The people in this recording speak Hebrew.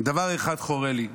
דבר אחד חורה לי,